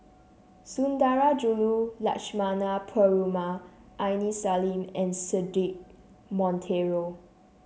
Sundarajulu Lakshmana Perumal Aini Salim and Cedric Monteiro